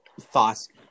thoughts